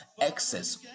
excess